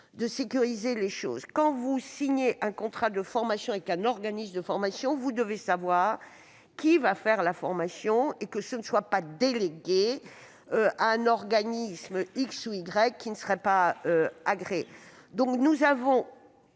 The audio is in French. de sécuriser les choses. Quand vous signez un contrat de formation avec un organisme, vous devez savoir qui va dispenser la formation, et celle-ci ne doit pas être déléguée à un organisme X ou Y qui ne serait pas agréé. Nous proposons